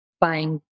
buying